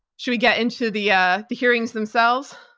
should we get into the yeah the hearings themselves?